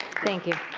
thank you.